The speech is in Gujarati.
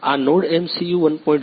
આ NodeMCU 1